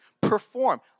perform